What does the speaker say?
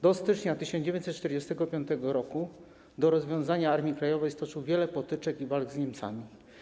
Do stycznia 1945 r., do rozwiązania Armii Krajowej stoczył wiele potyczek i walk z Niemcami.